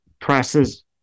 presses